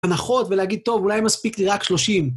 הנחות, ולהגיד, טוב, אולי מספיק לי רק 30.